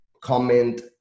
comment